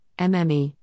MME